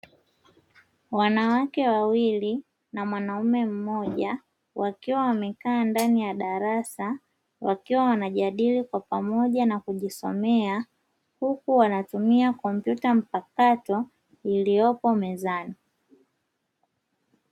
Wanawake wawili na mwanaume mmoja, wakiwa wamekaa ndani ya darasa wakiwa wanajadili kwa pamoja na kujisomea huku wanatumia kompyuta mpakato iliyopo mezani.